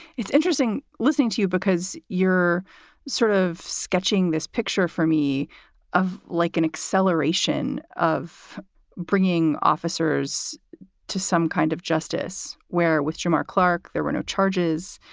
it's interesting listening to you because you're sort of sketching this picture for me of like an acceleration of bringing officers to some kind of justice where with jamar clark, there were no charges.